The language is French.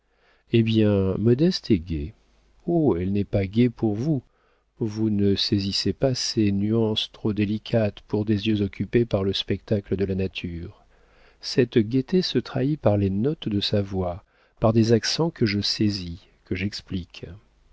eh bien modeste est gaie oh elle n'est pas gaie pour vous vous ne saisissez pas ces nuances trop délicates pour des yeux occupés par le spectacle de la nature cette gaieté se trahit par les notes de sa voix par des accents que je saisis que j'explique